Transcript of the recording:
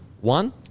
one